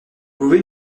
pouvez